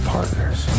Partners